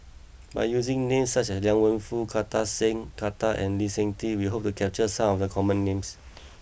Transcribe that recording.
by using names such as Liang Wenfu Kartar Singh Thakral and Lee Seng Tee we hope to capture some of the common names